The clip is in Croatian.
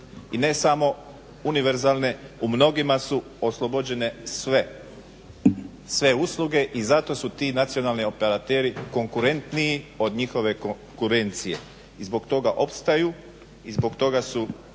I ne samo univerzalne, u mnogima su oslobođene sve, sve usluge i zato su ti nacionalni operateri konkurentniji od njihove konkurencije i zbog toga opstaju i zbog toga su